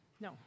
no